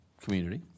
community